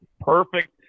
perfect